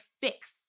fix